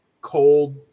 cold